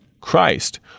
Christ